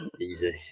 Easy